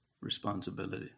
responsibility